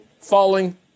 falling